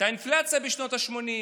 הייתה אינפלציה בשנות השמונים,